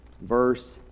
verse